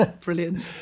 Brilliant